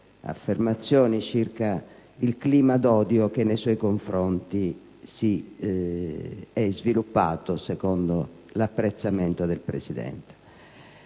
affermazioni circa il clima di odio che nei suoi confronti si è sviluppato, secondo l'apprezzamento del Presidente.